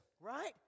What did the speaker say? right